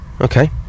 Okay